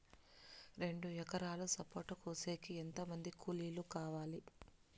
రెండు ఎకరాలు సపోట కోసేకి ఎంత మంది కూలీలు కావాలి?